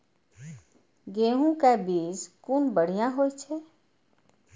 गैहू कै बीज कुन बढ़िया होय छै?